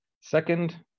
Second